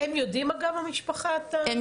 הם יודעים, אגב, המשפחה, עליו?